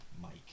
Mike